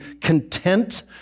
content